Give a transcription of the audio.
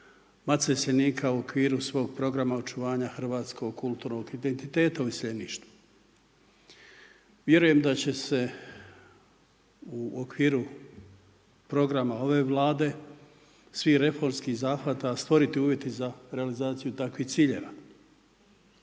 iseljenika u okviru svog programa očuvanja hrvatskog, kulturnog identiteta u iseljeništvu. Vjerujem da će se u okviru programa ove vlade, svi reformski zahvata stvoriti uvjeti za realizaciju takvih ciljeva.